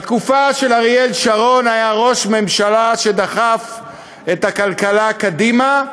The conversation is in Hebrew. בתקופה של אריאל שרון היה ראש ממשלה שדחף את הכלכלה קדימה,